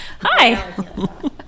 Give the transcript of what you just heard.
hi